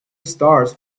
stars